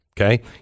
Okay